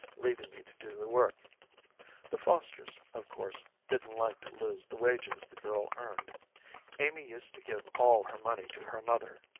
leaving me to do the work the fosters, of course, didn't like to lose the wages the girl earned amy used to give all her money to her mother.